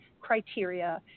criteria